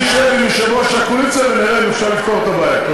ואני אשב עם יושב-ראש הקואליציה ונראה אם אפשר לפתור את הבעיה.